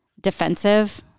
defensive